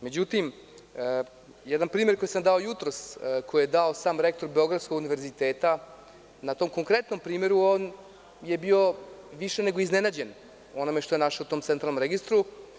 Međutim, jedan primer koji sam dao jutros, koji je dao sam rektor Beogradskog univerziteta, na tom konkretnom primeru on je bio više nego iznenađen onim što je našao u tom centralnom registru.